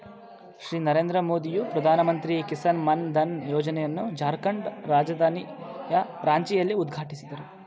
ಶ್ರೀ ನರೇಂದ್ರ ಮೋದಿಯು ಪ್ರಧಾನಮಂತ್ರಿ ಕಿಸಾನ್ ಮಾನ್ ಧನ್ ಯೋಜನೆಯನ್ನು ಜಾರ್ಖಂಡ್ ರಾಜಧಾನಿ ರಾಂಚಿಯಲ್ಲಿ ಉದ್ಘಾಟಿಸಿದರು